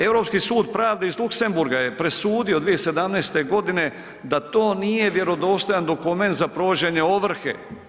Europski sud pravde iz Luxemburga je presudio 2017.g. da to nije vjerodostojan dokument za provođenje ovrhe.